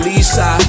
Lisa